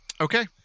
Okay